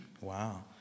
Wow